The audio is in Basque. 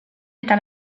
eta